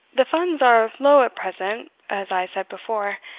the funds are low at present, as i said before,